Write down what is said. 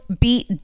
beat